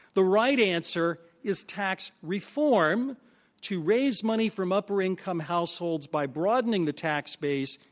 the right answer is tax reform to raise money from upper income households by broadening the tax base,